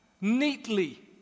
neatly